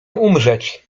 umrzeć